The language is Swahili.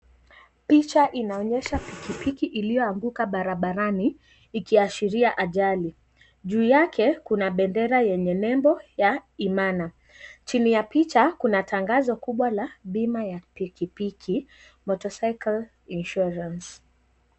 Picha inaonyesha , pikipiki iliyoanguka barabarani. Ikiashiria ajali. Juu yake kuna bendera yenye nembo ya imana. Chini ya picha, kuna tangazo kuwa, bima ya pikipiki , motorcycle insurance .